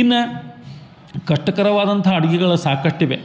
ಇನ್ನ ಕಷ್ಟಕರವಾದಂಥ ಅಡ್ಗೆಗಳು ಸಾಕಷ್ಟಿವೆ